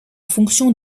fonction